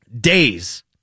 days